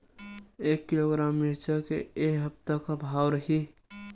एक किलोग्राम मिरचा के ए सप्ता का भाव रहि?